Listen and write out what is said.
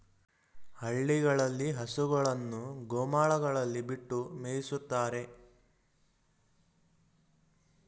ಹಳ್ಳಿಗಳಲ್ಲಿ ಹಸುಗಳನ್ನು ಗೋಮಾಳಗಳಲ್ಲಿ ಬಿಟ್ಟು ಮೇಯಿಸುತ್ತಾರೆ